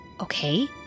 Okay